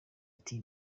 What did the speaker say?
ati